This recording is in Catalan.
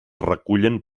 recullen